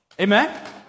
Amen